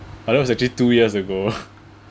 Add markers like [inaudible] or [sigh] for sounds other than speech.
but that was actually two years ago [laughs]